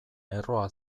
erroa